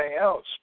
else